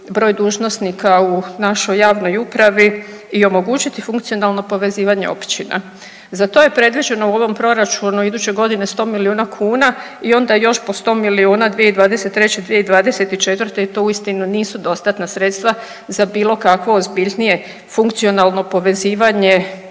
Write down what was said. broj dužnosnika u našoj javnoj upravi i omogućiti funkcionalno povezivanje općina. Za to je predviđeno u ovom proračunu iduće godine 100 milijuna kuna i onda još po 100 milijuna 2023., 2024. i to uistinu nisu dostatna sredstva za bilo kakvo ozbiljnije funkcionalno povezivanje